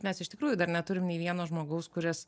mes iš tikrųjų dar neturim nei vieno žmogaus kuris